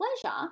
pleasure